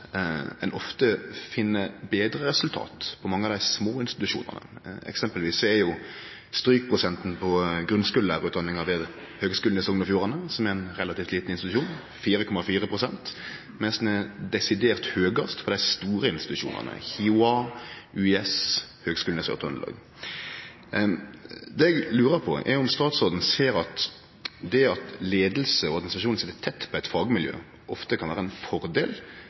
ein ofte finn betre resultat på mange av dei små institusjonane. For eksempel er strykprosenten på grunnskulelærarutdanninga ved Høgskulen i Sogn og Fjordane, som er ein relativt liten institusjon, 4,4 pst., mens den er desidert høgast på dei store institusjonane: HiOA, UiS og Høgskolen i Sør-Trøndelag. Eg lurar på om statsråden ser at det at leiing og administrasjon sit tett på eit fagmiljø ofte kan vere ein fordel,